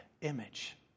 image